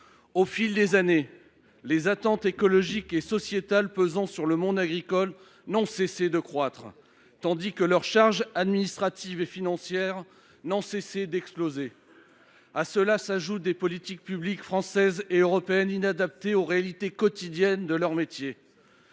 Au fil des années, les attentes écologiques et sociétales pesant sur le monde agricole n’ont fait que croître, tandis que les charges administratives et financières de ces professionnels n’ont cessé d’exploser. À tout cela s’ajoutent des politiques publiques françaises et européennes inadaptées aux réalités quotidiennes de leur métier.